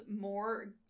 more